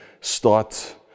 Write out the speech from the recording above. start